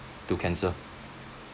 to cancer